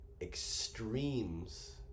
extremes